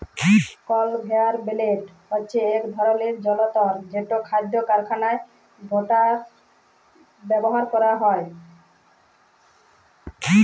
conveyor belt হছে ইক ধরলের জলতর যেট খাদ্য কারখালায় ব্যাভার ক্যরা হয়